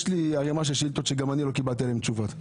גם לי יש ערימה של שאילתות שלא קיבלתי עליהן תשובות,